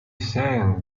sang